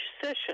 session